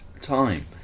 time